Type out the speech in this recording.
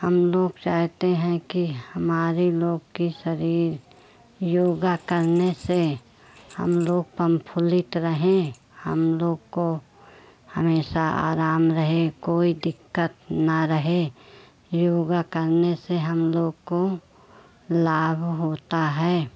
हम लोग चाहते हैं कि हमारे लोग की शरीर योग करने से हम लोग पमफुलित रहें हम लोग को हमेशा आराम रहे कोई दिक़क़त ना रहे योग करने से हम लोग को लाभ होता है